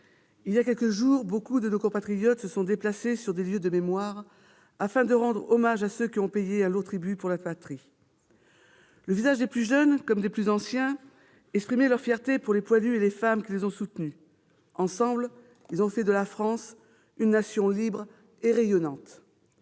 il y a quelques jours, beaucoup de nos compatriotes se sont déplacés sur des lieux de mémoire afin de rendre hommage à ceux qui ont payé un lourd tribut pour la patrie. Les visages des plus jeunes, comme des plus anciens, exprimaient leur fierté pour les poilus et les femmes qui les ont soutenus. Ensemble, ils ont fait de la France une nation libre et rayonnante.